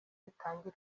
zitangirwa